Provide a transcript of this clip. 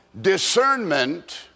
Discernment